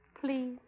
Please